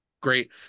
Great